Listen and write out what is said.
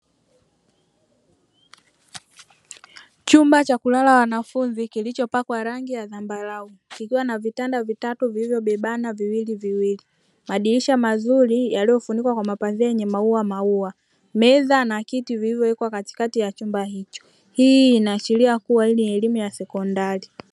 Chumba cha kulala wanafunzi kilichopakwa rangi ya zambarau kikiwa na vitanda vitatu vilivyobebana viwili viwili. Madirisha mazuri yaliyofunikwa kwa mapazia yenye maua maua. Meza na kiti vilivyowekwa katikati ya chumba hicho. Hii inaashiria kuwa hii ni elimu ya sekondari.